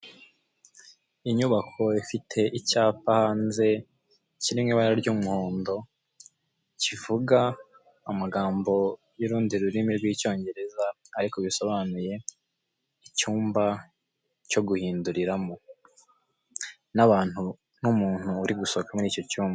Inyubako ifite icyapa hanze kirimo ibara ry'umuhondo kivuga amagambo y'urundi rurimi rw'icyongereza ariko bisobanuye "icyumba cyo guhinduriramo" n'abantu, n'umuntu uri gusohoka muri icyo cyumba.